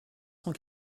cent